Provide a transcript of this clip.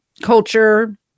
culture